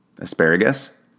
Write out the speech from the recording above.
Asparagus